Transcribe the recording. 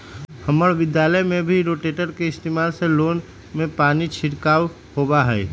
हम्मर विद्यालय में भी रोटेटर के इस्तेमाल से लोन में पानी के छिड़काव होबा हई